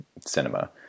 cinema